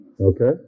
Okay